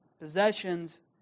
Possessions